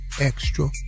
extra